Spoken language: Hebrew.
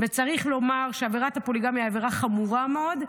וצריך לומר שעבירת הפוליגמיה היא עבירה חמורה מאוד.